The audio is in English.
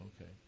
Okay